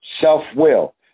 self-will